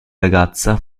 ragazza